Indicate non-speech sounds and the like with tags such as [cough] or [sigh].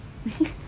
[laughs]